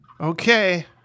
Okay